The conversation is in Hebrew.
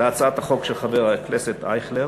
להצעת החוק של חבר הכנסת אייכלר,